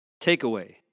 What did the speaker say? Takeaway